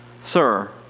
Sir